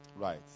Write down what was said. Right